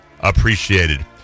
appreciated